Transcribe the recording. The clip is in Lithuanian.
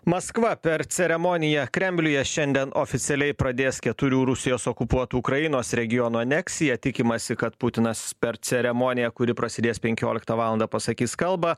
maskva per ceremoniją kremliuje šiandien oficialiai pradės keturių rusijos okupuotų ukrainos regionų aneksiją tikimasi kad putinas per ceremoniją kuri prasidės penkioliktą valandą pasakys kalbą